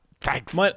Thanks